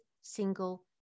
single